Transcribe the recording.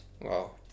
Wow